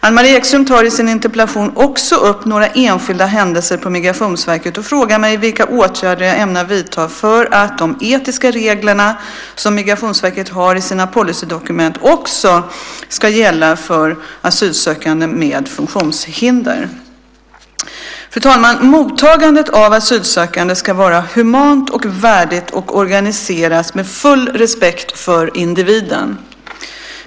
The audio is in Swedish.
Anne-Marie Ekström tar i sin interpellation också upp några enskilda händelser på Migrationsverket och frågar mig vilka åtgärder jag ämnar vidta för att de etiska regler som Migrationsverket har i sina policydokument också ska gälla asylsökande med funktionshinder. Fru talman! Mottagandet av asylsökande ska vara humant och värdigt och organiseras med full respekt för individen.